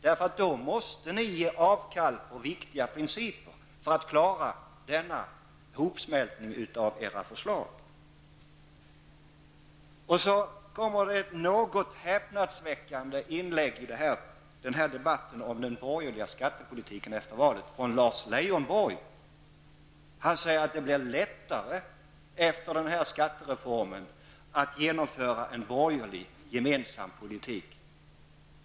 Ni måste ge avkall på viktiga principer för att klara denna hopsmältning av era förslag. Det kom ett något häpnadsväckande inlägg från Lars Leijonborg i debatten om den borgerliga skattepolitiken efter valet. Han sade att det efter skattereformen blev lättare att genomföra en borgerlig gemensam politik.